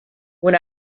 when